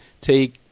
take